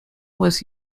was